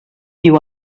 you